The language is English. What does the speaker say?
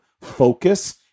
focus